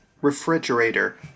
refrigerator